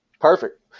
perfect